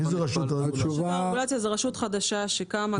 מה זה רשות הרגולציה?